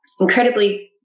incredibly